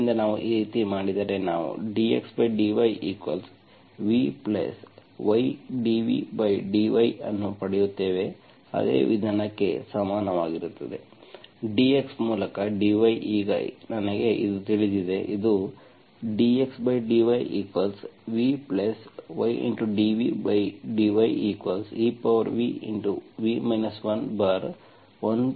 ಆದ್ದರಿಂದ ನಾವು ಈ ರೀತಿ ಮಾಡಿದರೆ ನಾವು dxdyv ydvdy ಅನ್ನು ಪಡೆಯುತ್ತೇವೆ ಅದೇ ವಿಧಾನಕ್ಕೆ ಸಮಾನವಾಗಿರುತ್ತದೆ dx ಮೂಲಕ dy ಈಗ ನನಗೆ ಇದು ತಿಳಿದಿದೆ ಇದು dxdyv ydvdyev v 11ev